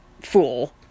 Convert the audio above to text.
fool